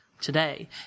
today